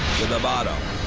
to the bottom.